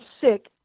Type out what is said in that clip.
sick